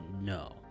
No